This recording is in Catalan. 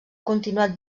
continuat